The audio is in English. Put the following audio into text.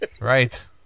Right